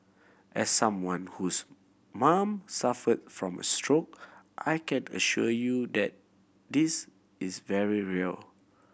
as someone whose mom suffered from a stroke I can assure you that this is very real